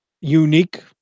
unique